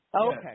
Okay